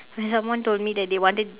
when someone told me that they wanted